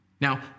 Now